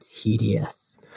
tedious